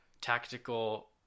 tactical